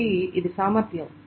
కాబట్టి ఇది సామర్ధ్యం